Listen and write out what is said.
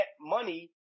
money